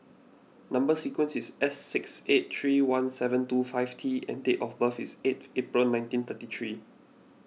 Number Sequence is S six eight three one seven two five T and date of birth is eight April nineteen thirty three